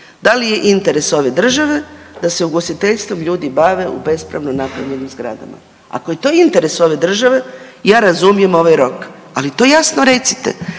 da li je interes ove države da se ugostiteljstvom ljudi bave u bespravno napravljenim zgradama? Ako je to interes ove države, ja razumijem ovaj rok, ali to jasno recite.